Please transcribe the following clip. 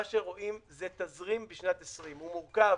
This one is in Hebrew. מה שרואים זה תזרים בשנת 20'. הוא מורכב